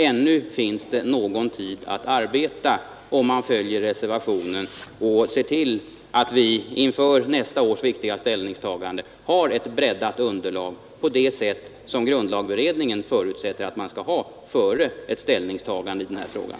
Ännu finns det någon tid för att arbeta om man följer reservationen och ser till att vi inför nästa års viktiga ställningstagande har ett breddat underlag på det sätt som grundlagberedningen förutsätter att man skall ha innan man gör ett ställningstagande i den här frågan.